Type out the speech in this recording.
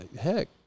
Heck